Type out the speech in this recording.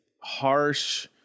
harsh